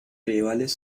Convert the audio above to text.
rivales